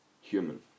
human